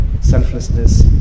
selflessness